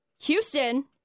Houston